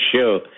show